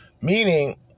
Meaning